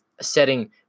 setting